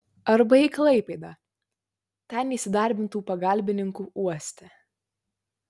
arba į klaipėdą ten įsidarbintų pagalbininku uoste